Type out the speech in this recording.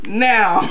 Now